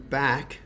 back